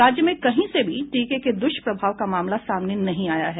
राज्य में कहीं से भी टीके के दुष्प्रभाव का मामला सामने नहीं आया है